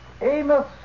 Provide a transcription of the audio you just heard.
Amos